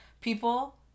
People